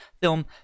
film